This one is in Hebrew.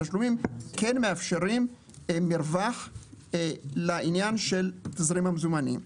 התשלומים כן מאפשרים מרווח לעניין של תזרים המזומנים.